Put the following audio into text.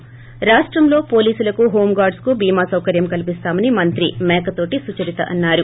ి రాష్టంలో పోలీసులకు హోమ్ గార్డ్స్ కు భీమా సౌకర్యం కల్పిస్తామని మంత్రి మేకోతోటి సుచరిత చెప్పారు